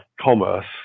commerce